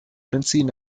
benzin